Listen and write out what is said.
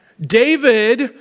David